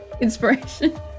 Inspiration